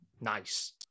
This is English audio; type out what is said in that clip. nice